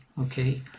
okay